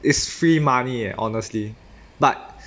is free money eh honestly but